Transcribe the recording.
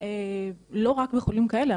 לא רק בחולים כאלה,